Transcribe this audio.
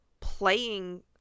playing